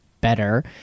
better